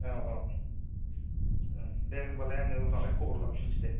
औ औ दे होमबालाय आङो उनावहाय खबर लाफिनसै दे